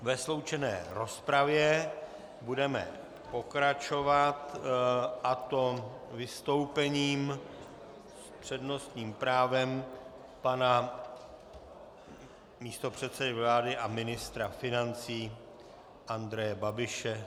Ve sloučené rozpravě budeme pokračovat vystoupením s přednostním právem pana místopředsedy vlády a ministra financí Andreje Babiše.